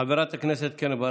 חברת הכנסת קרן ברק,